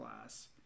class